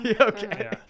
Okay